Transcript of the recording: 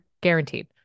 guaranteed